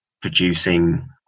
producing